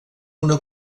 una